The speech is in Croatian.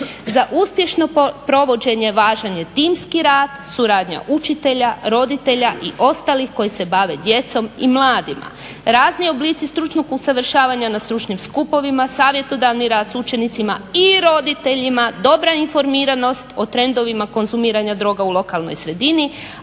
Za uspješno provođenje važan je timski rad, suradnja učitelja, roditelja i ostalih koji se bave djecom i mladima. Razni oblici stručnog usavršavanja na stručnim skupovima, savjetodavni rad s učenicima i roditeljima, dobra informiranost o trendovima konzumiranja droga u lokalnoj sredini,